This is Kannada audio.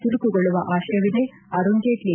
ಚುರುಕುಗೊಳ್ಳುವ ಆಶಯವಿದೆ ಅರುಣ್ ಜೇಟ್ನಿ